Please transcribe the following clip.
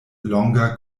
longa